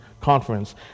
conference